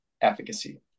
efficacy